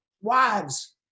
wives